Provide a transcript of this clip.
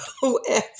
whoever